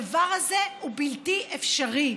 הדבר הזה הוא בלתי אפשרי.